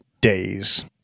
days